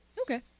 okay